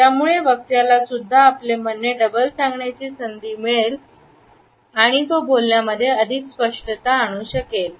यामुळे वक्त्याला सुद्धा आपले म्हणणे डबल सांगण्या ची संधी मिळेल आणि तो बोलण्यामध्ये अधिक स्पष्टता आणू शकेल